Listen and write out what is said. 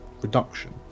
reduction